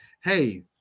hey